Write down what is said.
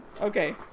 Okay